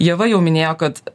ieva jau minėjo kad